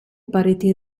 pareti